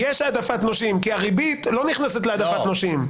יש העדפת נושים כי הריבית לא נכנסת להעדפת נושים.